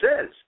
says